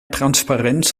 transparenz